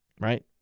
right